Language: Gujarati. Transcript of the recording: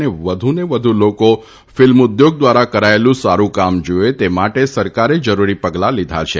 અને વધુ ને વધુ લોકો ફિલ્મ ઉદ્યોગ દ્વારા કરાયેલું સારુ કામ જુવે તે માટે સરકારે જરુરી પગલાં લીધા છે